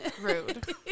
Rude